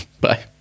Bye